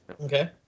Okay